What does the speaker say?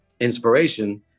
inspiration